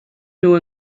nhw